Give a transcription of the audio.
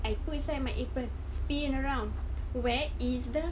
I put inside my apron spin around where is the